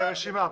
הכבוד.